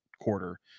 quarter